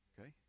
Okay